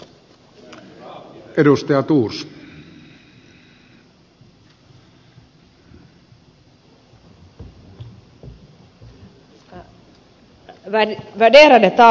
värderade talman